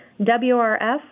WRF